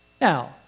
Now